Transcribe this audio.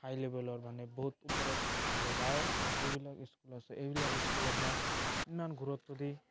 হাই লেবেলৰ মানে বহুত ওপৰত আৰু গাঁৱৰ যিবিলাক স্কুল আছে এইবিলাক স্কুল আপোনাৰ ইমান গুৰুত্ব দি